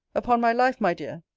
upon my life, my dear,